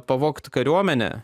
pavogt kariuomenę